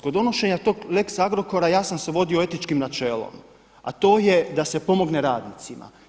Kod donošenja tog lex Agrokora ja sam se vodio etičkim načelom a to je da se pomogne radnicima.